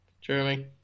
Jeremy